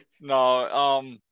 No